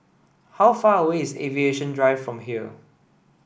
how far away is Aviation Drive from here